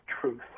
truth